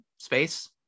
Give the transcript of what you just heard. space